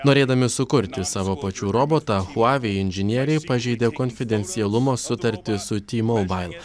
norėdami sukurti savo pačių robotą huavei inžinieriai pažeidė konfidencialumo sutartį su t mobail